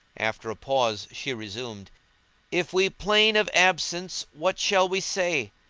after a pause she resumed if we plain of absence what shall we say?